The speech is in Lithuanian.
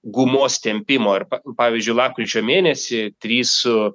gumos tempimo ir pavyzdžiui lapkričio mėnesį trys su